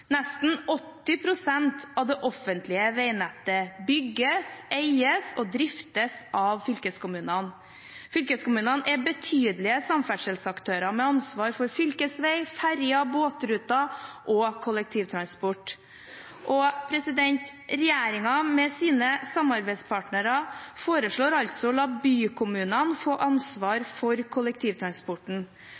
Nesten 80 pst. av det offentlige veinettet bygges, eies og driftes av fylkeskommunene. Fylkeskommunene er betydelige samferdselsaktører med ansvar for fylkesvei, ferger, båtruter og kollektivtransport. Regjeringen med sine samarbeidspartnere foreslår altså å la bykommunene få ansvar for kollektivtransporten.